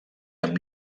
amb